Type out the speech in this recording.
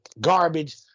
garbage